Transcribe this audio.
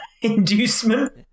inducement